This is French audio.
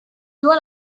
doit